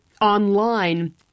online